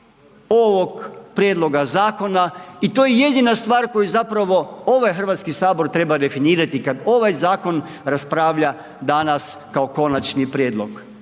ovog prijedloga zakona i to je jedina stvar koju zapravo ovaj HS treba definirati i kad ovaj zakon raspravlja danas kao konačni prijedlog,